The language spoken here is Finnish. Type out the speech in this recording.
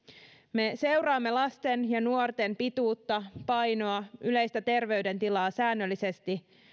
me seuraamme lasten ja nuorten pituutta painoa ja yleistä terveydentilaa säännöllisesti